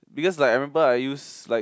because like I remember I use like